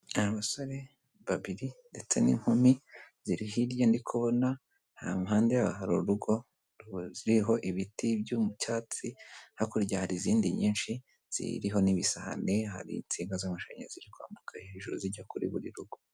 Abasore babiri ndetse n'inkumi ziri hirya ndi kubona, aho impande hari urugo ziriho ibiti by'icyatsi hakurya hari izindi nyinshi ziriho n'ibisahambi hari insinga z'amashanyarazi ziri kwambuka hejuru zijya kuri buri rugo.